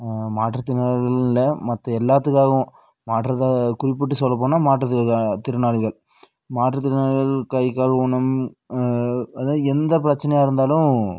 மாற்றுத்திறனாளிகள்னு இல்லை மற்ற எல்லாத்துக்காகவும் மாற்றத்தை குறிப்பிட்டு சொல்லப்போனால் மாற்றுத்திறனாளி திறனாளிகள் மாற்றுத்திறனாளிகள் கை கால் ஊனம் அதாவது எந்த பிரச்சனையாக இருந்தாலும்